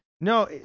no